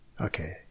Okay